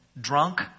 drunk